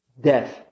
death